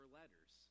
letters